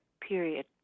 period